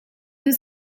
was